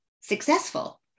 successful